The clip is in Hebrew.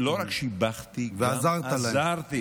לא רק שיבחתי, עזרתי.